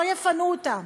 לא יפנו אותם.